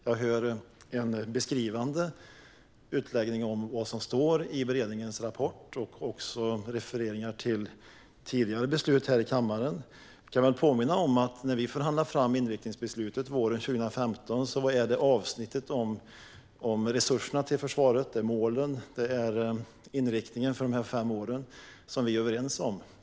Jag hör en beskrivande utläggning om vad som står i beredningens rapport och också refereringar till tidigare beslut här i kammaren. Jag kan påminna om att när vi förhandlade fram inriktningsbeslutet våren 2015 var det avsnittet om resurserna till försvaret, målen och inriktningen för de fem åren som vi var överens om.